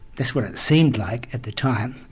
that's what it seemed like at the time.